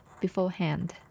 beforehand